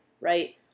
right